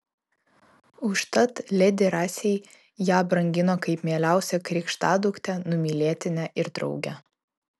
užtat ledi rasei ją brangino kaip mieliausią krikštaduktę numylėtinę ir draugę